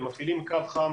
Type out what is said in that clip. הם מפעילים קו חם